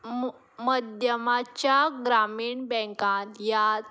म् मद्यमाच्या ग्रामीण बँकात याद